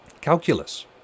Calculus